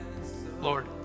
Lord